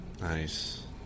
Nice